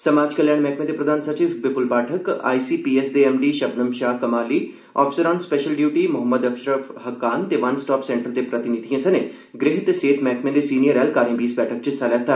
समाज कल्याण मैहकमे दे प्रधान सचिव Bipul Pathak I C P S दे M D Shabnam Shah Kamali officer on special duty Mohammad Ashraf Hakkan ते वन स्टाप सेंटर दे प्रतिनिधिएं सने गृह ते सेहत मैहकमैं दे सीनियर ऐहलकारें बी इस बैठका च हिस्सा लैता